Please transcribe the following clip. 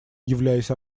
являясь